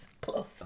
plus